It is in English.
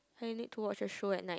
I need to watch a show at night